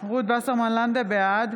בעד